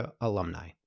alumni